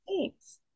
Thanks